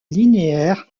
linéaire